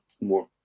more